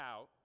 out